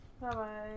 Bye-bye